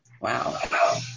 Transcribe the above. Wow